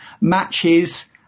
matches